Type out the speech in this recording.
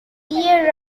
year